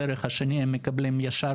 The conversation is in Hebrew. הדרך השני הם מקבלים ישר